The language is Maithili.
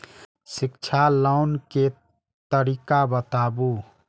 शिक्षा लोन के तरीका बताबू?